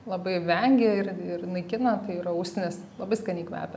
labai vengia ir ir naikina tai yra usnis labai skaniai kvepia